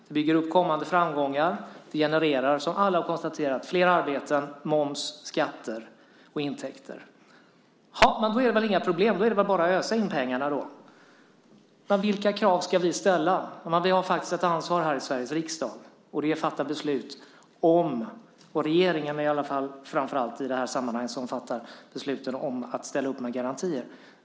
Det bygger upp kommande framgångar och genererar, som alla har konstaterat, flera arbeten, moms, skatter och intäkter. Jaha, men då är det väl inga problem, utan då är det väl bara att ösa in pengarna. Ja, men vilka krav ska vi ställa? Vi i Sveriges riksdag har faktiskt ett ansvar för att fatta beslut om att - i det här sammanhanget gäller det framför allt regeringen - ställa upp med garantier.